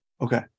Okay